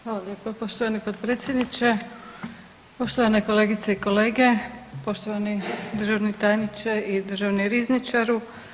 Hvala lijepo poštovani potpredsjedniče, poštovane kolegice i kolege, poštovani državni tajniče i državni rizničaru.